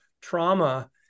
trauma